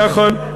נכון.